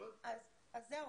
זהו.